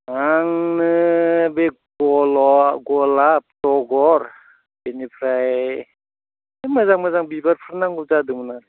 आंनो बे गलाप तगर बेनिफ्राय मोजां मोजां बिबारफोर नांगौ जादोंमोन आरो